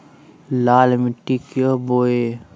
लाल मिट्टी क्या बोए?